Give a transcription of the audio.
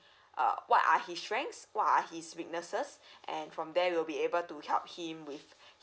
err what are his strengths what are his weaknesses